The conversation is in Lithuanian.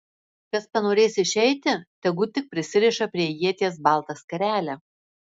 kas panorės išeiti tegu tik prisiriša prie ieties baltą skarelę